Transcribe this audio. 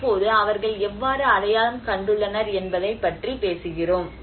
இப்போது அவர்கள் எவ்வாறு அடையாளம் கண்டுள்ளனர் என்பதைப் பற்றி பேசுகிறோம்